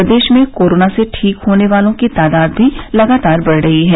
प्रदेश में कोरोना से ठीक होने वालों की तादाद भी लगातार बढ़ रही है